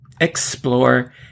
explore